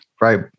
right